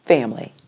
family